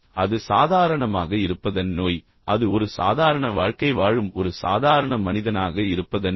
அது சாதாரணமாக இருப்பதன் நோய் அது ஒரு சாதாரண வாழ்க்கை வாழும் ஒரு சாதாரண மனிதனாக இருப்பதன் நோய்